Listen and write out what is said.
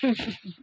हूँ हूँ